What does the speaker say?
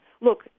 look